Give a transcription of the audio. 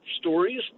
stories